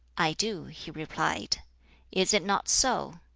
i do, he replied is it not so?